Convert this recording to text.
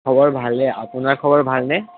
খবৰ ভালে আপোনাৰ খবৰ ভালনে